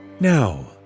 Now